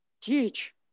teach